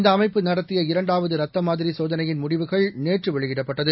இந்த அமைப்பு நடத்திய இரண்டாவது ரத்த மாதிரி சோதனையின் முடிவுகள் நேற்று வெளியிடப்பட்டது